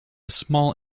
small